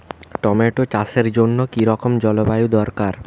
Tomato চাষের জন্য কি রকম জলবায়ু দরকার?